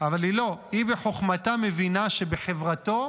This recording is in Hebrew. אבל לא, היא בחוכמתה מבינה שבחברתו,